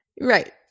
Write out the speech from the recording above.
Right